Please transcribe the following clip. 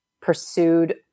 pursued